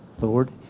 Lord